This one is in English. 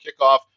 kickoff